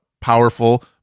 powerful –